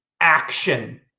action